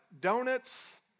donuts